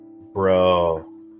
bro